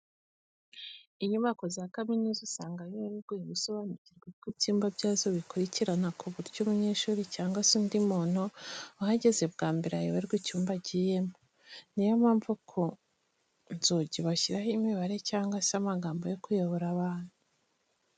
Inyubako za kaminuza usanga biba bigoye gusobanukirwa uko ibyumba byazo bikurikirana ku buryo umunyeshuri cyangwa se undi muntu uhageze bwa mbere ayoberwa icyumba agiyemo. Niyo mpamvu ku nzugi bashyiraho imibare cyangwa se amagambo yo kuyobora abantu.